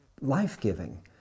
life-giving